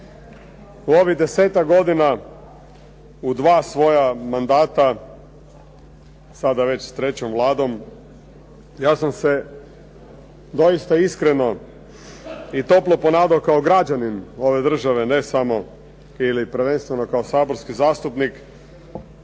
U ovih desetak godina u dva svoja mandata sada već s trećom Vladom ja sam se doista iskreno i toplo ponadao kao građanin ove države ne samo ili prvenstveno kao saborski zastupnik